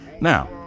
now